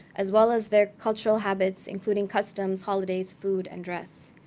as well as their cultural habits, including customs, holidays, food, and dress.